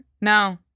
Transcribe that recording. No